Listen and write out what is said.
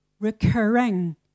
recurring